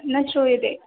न श्रूयते